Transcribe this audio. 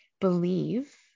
believe